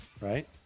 right